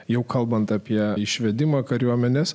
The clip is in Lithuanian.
jau kalbant apie išvedimą kariuomenės